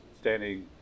standing